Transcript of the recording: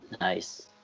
nice